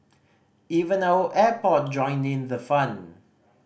even our airport joined in the fun